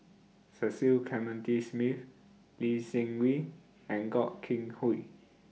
Cecil Clementi Smith Lee Seng Wee and Gog King Hooi